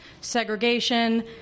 segregation